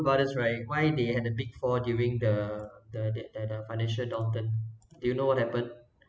brothers right why they have the big fall during the the that the the financial downturn do you know what happened